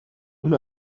اون